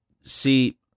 See